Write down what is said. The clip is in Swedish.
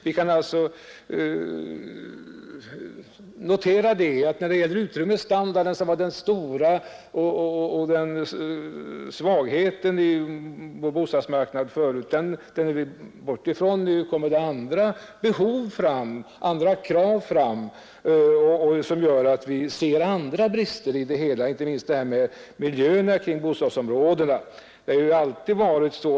Vi kan alltså notera att när det gäller utrymmesstandarden, som var den stora svagheten på vår bostadsmarknad, har vi kommit ifrån problemen. Nu kommer det andra krav som gör att vi ser andra brister, inte minst i fråga om miljön kring bostadsområdena.